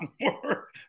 more